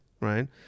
right